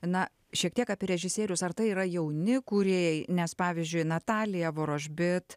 na šiek tiek apie režisierius ar tai yra jauni kūrėjai nes pavyzdžiui natalija vorožbit